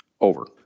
over